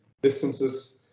distances